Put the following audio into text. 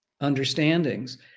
understandings